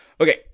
Okay